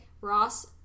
Ross